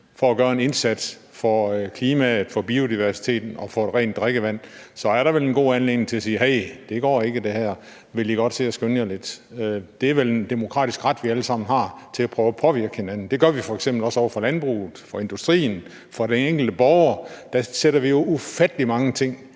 til at gøre en indsats for klimaet, for biodiversiteten og for rent drikkevand, så er der vel en god anledning til at sige: Hey, det her går ikke; vil I godt se at skynde jer lidt. Det er vel en demokratisk ret, vi alle sammen har, til at prøve at påvirke hinanden. Det gør vi f.eks. også over for landbruget og industrien og over for den enkelte borger – der sætter vi jo ufattelig mange ting